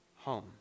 home